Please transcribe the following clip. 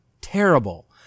terrible